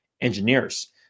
engineers